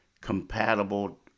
Compatible